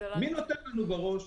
מי נותן לנו בראש?